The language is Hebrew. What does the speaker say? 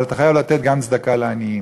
אבל אתה חייב לתת גם צדקה לעניים,